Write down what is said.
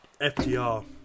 FTR